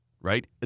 right